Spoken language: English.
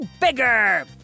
bigger